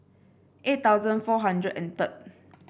eight thousand four hundred and third